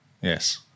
Yes